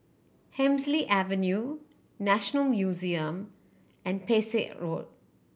Hemsley Avenue National Museum and Pesek Road